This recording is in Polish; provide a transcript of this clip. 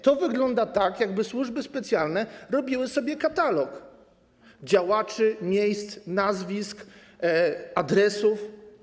To wygląda tak, jakby służby specjalne robiły sobie katalog działaczy, miejsc, nazwisk, adresów.